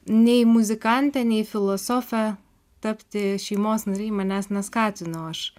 nei muzikante nei filosofe tapti šeimos nariai manęs neskatino aš